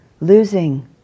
Losing